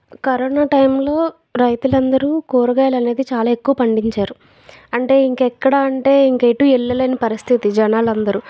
corona టైంలో రైతులందరూ కూరగాయాలనేది చాలా ఎక్కువ పండించారు అంటే ఇంక ఎక్కడ అంటే ఇంక ఎటూ ఎల్లలేని పరిస్థితి జనాలందరూ